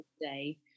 today